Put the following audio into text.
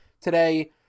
today